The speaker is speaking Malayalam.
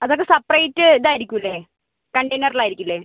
അതൊക്കെ സെപ്പറേറ്റ് ഇതായിരിക്കുമല്ലെ കണ്ടെയ്നറിൽ ആയിരിക്കില്ലേ